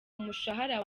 umushahara